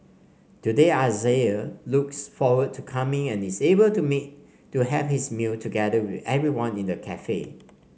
today Isaiah looks forward to coming and is able to meet to have his meal together with everyone in the cafe